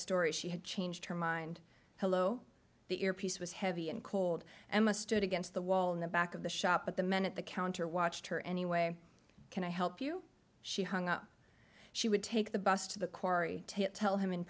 story she had changed her mind hello the earpiece was heavy and cold and mustard against the wall in the back of the shop but the men at the counter watched her anyway can i help you she hung up she would take the bus to the quarry to tell him in